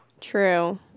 True